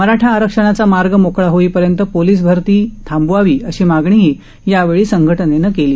मराठा आरक्षणाचा मार्ग मोकळा होईपर्यंत पोलीस भरती थांबवावी अशीही मागणी यावेळी संघटनेनं केली